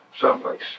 someplace